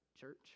Church